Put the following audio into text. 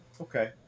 okay